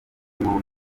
impunzi